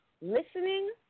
listening